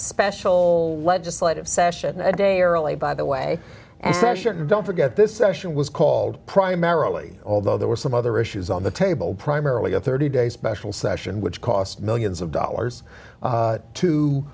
special legislative session a day or a lay by the way and session don't forget this session was called primarily although there were some other issues on the table primarily a thirty day special session which cost millions of dollars